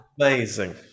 Amazing